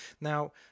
Now